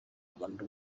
rwanda